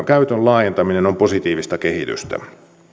käytön laajentaminen on positiivista kehitystä